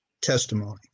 testimony